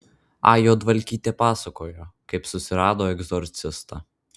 a juodvalkytė pasakojo kaip susirado egzorcistą